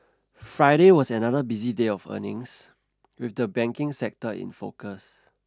Friday was another busy day of earnings with the banking sector in focus